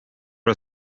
are